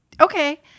Okay